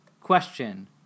Question